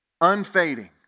unfading